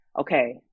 okay